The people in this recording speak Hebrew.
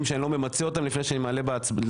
שאני לא ממצה אותם לפני שאני מעלה להצבעה.